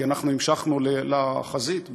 כי אנחנו המשכנו לחזית בסיני,